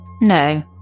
No